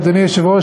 אדוני היושב-ראש,